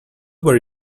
were